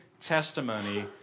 testimony